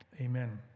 Amen